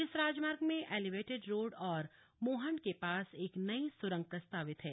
इस राजमार्ग में एलिवेटेड रोड और मोहंड के पास एक नई सुरंग प्रस्तावित है